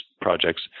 projects